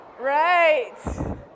Right